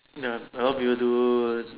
ya a lot of people do